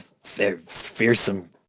Fearsome